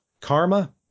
Karma